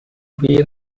via